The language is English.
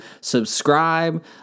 subscribe